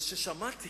אבל כאשר שמעתי